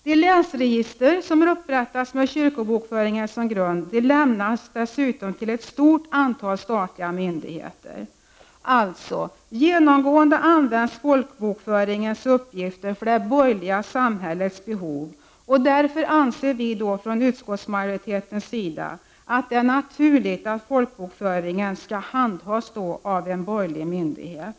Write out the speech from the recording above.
De länsregister som upprättats med kyrkobokföringen som grund lämnas dessutom till ett stort antal statliga myndigheter. Genomgående används alltså folkbokföringens uppgifter för det borgerliga samhällets behov. Därför anser vi från utskottets sida att det är naturligt att folkbokföringen handhas av en borgerlig myndighet.